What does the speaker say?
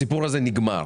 הסיפור הזה נגמר.